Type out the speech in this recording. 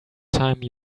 time